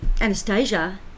Anastasia